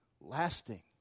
lasting